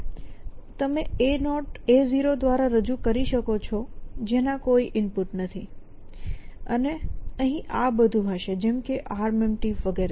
તમે A0 દ્વારા રજૂ કરી શકો છો જેના કોઈ ઇનપુટ નથી અને અહીં આ બધું હશે જેમ કે ArmEmpty વગેરે